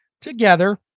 together